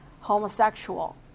homosexual